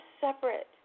separate